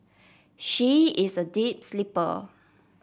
she is a deep sleeper